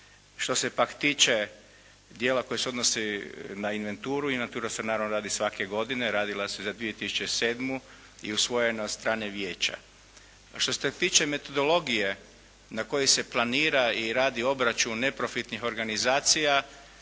Što se pak tiče dijela koji se odnosi na inventuru. Inventura se naravno radi svake godine, radila se za 2007. i usvojena je od strane vijeća. Što se tiče metodologije na kojoj se planira i radi obračun neprofitnih organizacija